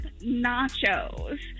Nachos